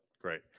Great